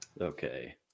Okay